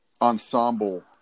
ensemble